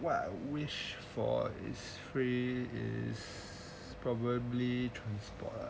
what I wish for is free is probably transport lah